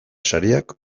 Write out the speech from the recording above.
sariak